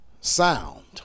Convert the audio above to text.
sound